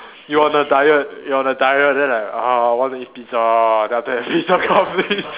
you're on a diet you're on a diet then I uh I want to eat pizza then after that pizza come then